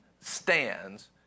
stands